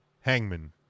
Hangman